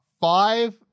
five